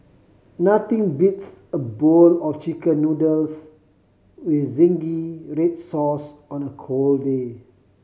nothing beats a bowl of Chicken Noodles with zingy red sauce on a cold day